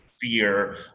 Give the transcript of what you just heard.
fear